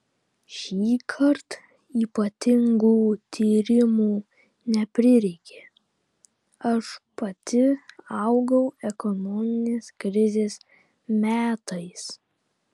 šįkart ypatingų tyrimų neprireikė aš pati augau ekonominės krizės metais